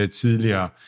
tidligere